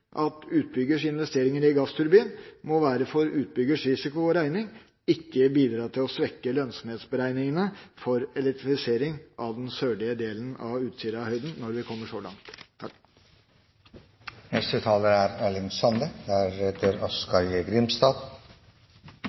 at utbyggers investeringer i gassturbin må være for utbyggers risiko og regning og ikke bidra til å svekke lønnsomhetsberegningene for elektrifisering av den sørlige delen av Utsirahøyden, når vi kommer så langt. Òg i saka om utbygging av Edvard Grieg-feltet er